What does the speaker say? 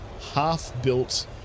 half-built